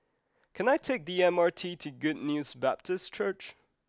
can I take the M R T to Good News Baptist Church